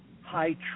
high